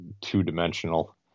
two-dimensional